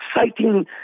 exciting